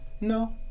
No